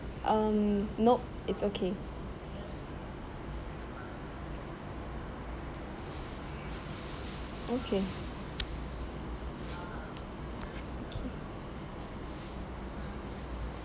um nope it's okay thank you